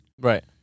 Right